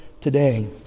today